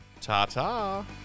Ta-ta